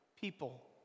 people